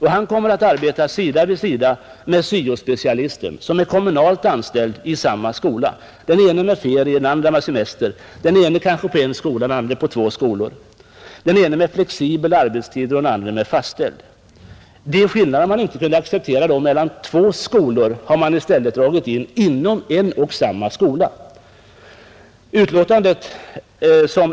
Han kommer att arbeta sida vid sida med syo-specialisten, som är kommunalt anställd i samma skola, Den ene har ferier och den andre har semester, den ene arbetar kanske i en skola, den andre i två skolor, den ene har flexibel arbetstid och den andre fastställd. De skillnader man inte kunde acceptera mellan två skolor har man i stället dragit in inom en och samma skola.